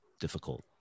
difficult